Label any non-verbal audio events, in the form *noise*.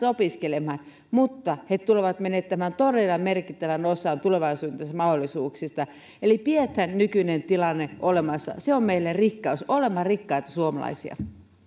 *unintelligible* opiskelemaan mutta he tulevat menettämään todella merkittävän osan tulevaisuutensa mahdollisuuksista eli pidetään nykyinen tilanne olemassa se on meille rikkaus olemme rikkaita suomalaisia